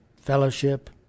fellowship